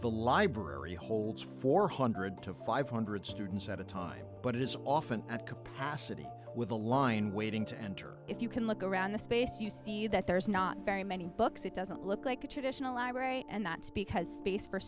the library holds four hundred to five hundred students at a time but it is often at capacity with a line waiting to enter if you can look around the space you see that there's not very many books it doesn't look like a traditional library and that's because space for